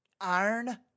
iron